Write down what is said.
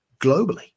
globally